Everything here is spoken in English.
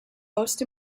most